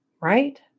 Right